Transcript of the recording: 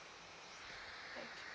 thank you